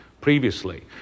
previously